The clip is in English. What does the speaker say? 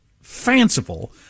fanciful